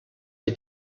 que